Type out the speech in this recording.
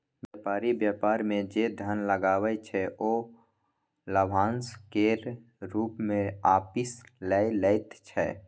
बेपारी बेपार मे जे धन लगबै छै ओ लाभाशं केर रुप मे आपिस लए लैत छै